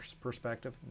perspective